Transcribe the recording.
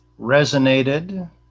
resonated